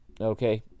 okay